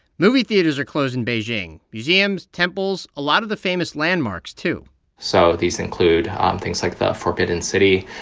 movie theaters are closed in beijing museums, temples, a lot of the famous landmarks, too so these include um things like the forbidden city.